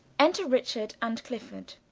enter richard and clifford.